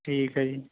ਠੀਕ ਹੈ ਜੀ